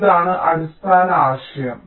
അതിനാൽ ഇതാണ് അടിസ്ഥാന ആശയം